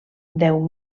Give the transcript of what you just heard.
deu